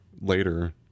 later